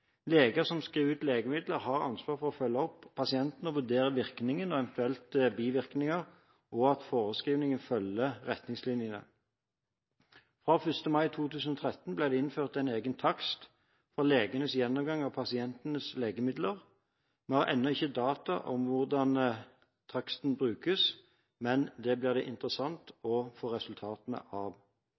Leger som skriver ut legemidler, har ansvar for å følge opp pasientene og vurdere virkning, og eventuelt bivirkning, og at forskrivningen følger retningslinjene. Fra 1. mai 2013 ble det innført en egen takst for legenes gjennomgang av pasientenes legemidler. Vi har ennå ikke data om hvordan taksten brukes, men det blir interessant å få resultatene av